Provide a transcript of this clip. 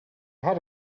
had